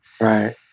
Right